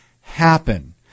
happen